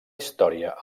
història